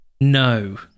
No